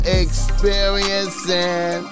experiencing